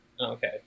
Okay